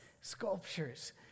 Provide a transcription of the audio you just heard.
sculptures